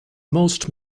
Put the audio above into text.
most